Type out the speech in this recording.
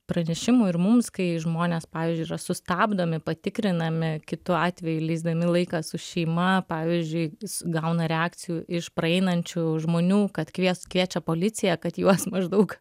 pranešimų ir mums kai žmonės pavyzdžiui yra sustabdomi patikrinami kitu atveju leisdami laiką su šeima pavyzdžiui jis gauna reakcijų iš praeinančių žmonių kad kvies kviečia policiją kad juos maždaug